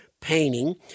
painting